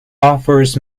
offers